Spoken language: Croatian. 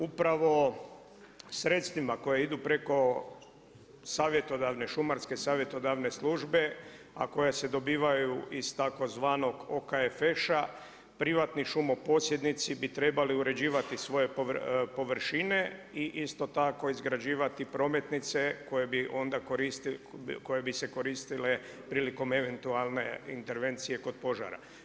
Upravo sredstvima koja idu preko Šumarske savjetodavne službe, a koja se dobivaju iz tzv. OKFŠ-a privatni šumoposjednici bi trebali uređivati svoje površine i isto tako izgrađivati prometnice koje bi se koristile prilikom eventualne intervencije kod požara.